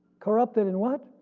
corrupted in what?